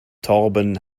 torben